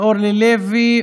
אורלי לוי,